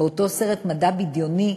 באותו סרט מדע בדיוני,